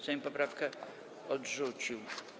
Sejm poprawkę odrzucił.